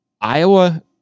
Iowa